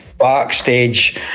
backstage